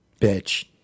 bitch